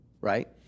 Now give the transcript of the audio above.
Right